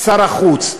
שר החוץ?